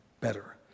better